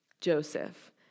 Joseph